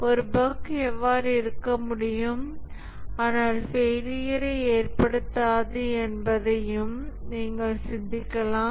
ஒரு பஃக் எவ்வாறு இருக்க முடியும் ஆனால் ஃபெயிலியர்யை ஏற்படுத்தாது என்பதையும் நீங்கள் சிந்திக்கலாம்